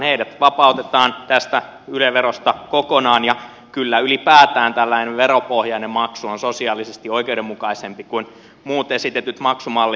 heidät vapautetaan tästä yle verosta kokonaan ja kyllä ylipäätään tällainen veropohjainen maksu on sosiaalisesti oikeudenmukaisempi kuin muut esitetyt maksumallit